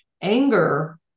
anger